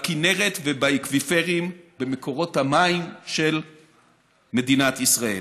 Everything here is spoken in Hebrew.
בכינרת ובאקוויפרים, במקורות המים של מדינת ישראל.